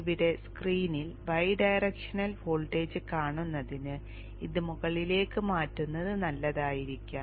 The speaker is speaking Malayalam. ഇവിടെ സ്ക്രീനിൽ ബൈഡയറക്ഷണൽ വോൾട്ടേജ് കാണുന്നതിന് ഇത് മുകളിലേക്ക് മാറ്റുന്നത് നല്ലതായിരിക്കാം